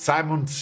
Simon